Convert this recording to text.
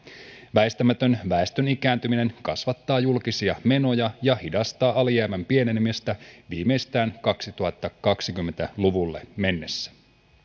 väistämätön väestön ikääntyminen kasvattaa julkisia menoja ja hidastaa alijäämän pienenemistä viimeistään kaksituhattakaksikymmentä luvulle mennessä